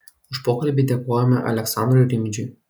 už pokalbį dėkojame aleksandrui rimdžiui